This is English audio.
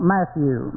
Matthew